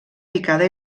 picada